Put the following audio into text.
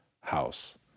house